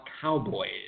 Cowboys